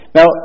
Now